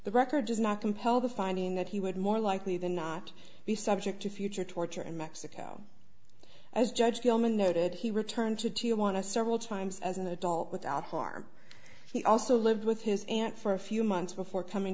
the record does not compel the finding that he would more likely than not be subject to future torture in mexico as judge tillman noted he returned to do you want to several times as an adult without harm he also lived with his aunt for a few months before coming